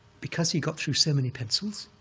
because he got through so many pencils,